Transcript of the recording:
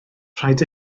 rhaid